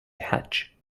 hatch